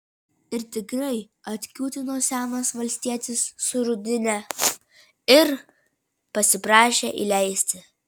ir tikrai atkiūtino senas valstietis su rudine ir pasiprašė įleisti